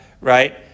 right